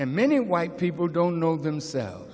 and many white people don't know themselves